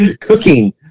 cooking